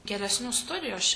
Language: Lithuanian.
geresnių studijų aš